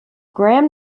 graham